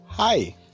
Hi